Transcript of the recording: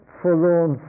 forlorn